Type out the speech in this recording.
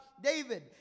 David